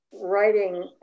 writing